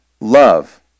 love